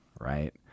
right